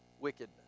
wickedness